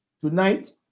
Tonight